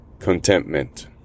contentment